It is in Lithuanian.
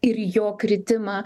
ir jo kritimą